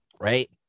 right